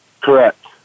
Correct